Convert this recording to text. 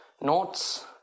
notes